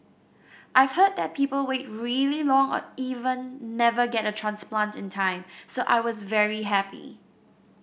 I've heard that people wait really long or even never get a transplant in time so I was very happy